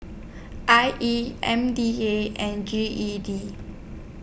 I E M D A and G E D